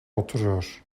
oturuyor